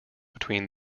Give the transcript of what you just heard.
between